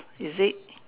is it